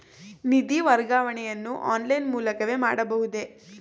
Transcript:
ನಿಧಿ ವರ್ಗಾವಣೆಯನ್ನು ಆನ್ಲೈನ್ ಮೂಲಕವೇ ಮಾಡಬಹುದೇ?